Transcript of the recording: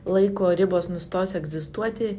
laiko ribos nustos egzistuoti